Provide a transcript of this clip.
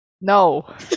No